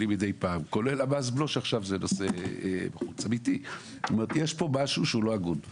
יש פה חוק נכון אבל צריך לראות איפה הכסף הזה חוזר לאזרחים